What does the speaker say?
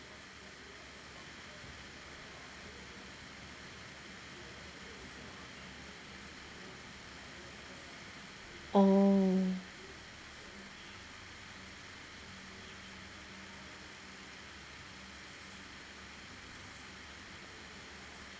orh